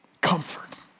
Comfort